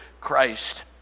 Christ